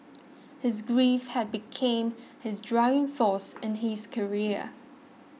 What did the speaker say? his grief had became his driving force in his career